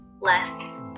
less